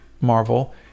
Marvel